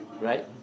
right